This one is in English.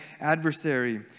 adversary